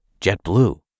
JetBlue